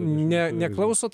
ne neklausot